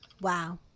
Wow